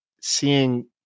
seeing